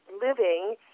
living